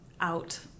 out